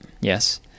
Yes